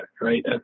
right